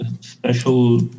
special